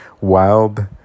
wild